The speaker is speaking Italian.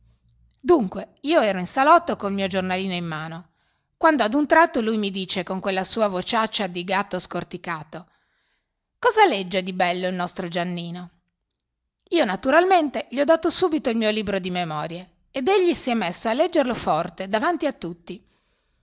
dunque io ero in salotto col mio giornalino in mano quando ad un tratto lui mi dice con quella sua vociaccia di gatto scorticato cosa legge di bello il nostro giannino io naturalmente gli ho dato subito il mio libro di memorie ed egli si è messo a leggerlo forte davanti a tutti